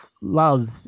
love